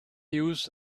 use